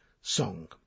song